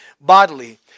bodily